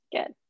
Good